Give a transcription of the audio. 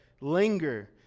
linger